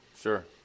sure